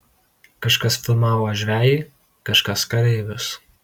kažkas filmavo žvejį kažkas kareivius